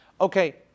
okay